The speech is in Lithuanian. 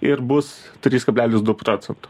ir bus trys kablelis du procento